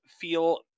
feel